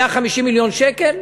150 מיליון שקל,